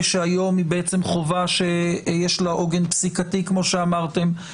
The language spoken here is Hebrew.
שהיום היא בעצם חובה שיש לה עוגן פסיקתי כמו שאמרתם.